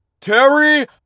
Terry